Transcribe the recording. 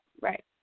right